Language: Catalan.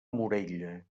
morella